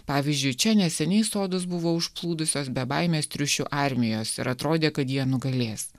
pavyzdžiui čia neseniai sodus buvo užplūdusios bebaimės triušių armijos ir atrodė kad jie nugalės